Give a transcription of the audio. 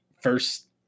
first